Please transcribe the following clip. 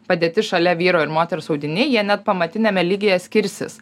padėti šalia vyro ir moters audiniai jie net pamatiniame lygyje skirsis